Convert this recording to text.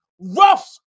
rough